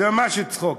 זה ממש צחוקים.